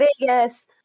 Vegas